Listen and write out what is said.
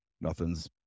nothing's